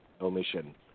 omission